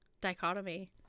dichotomy